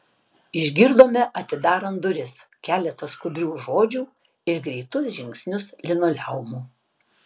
išgirdome atidarant duris keletą skubrių žodžių ir greitus žingsnius linoleumu